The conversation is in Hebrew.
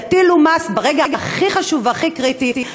יטילו מס על האזרחים ברגע הכי חשוב והכי קריטי,